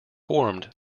formed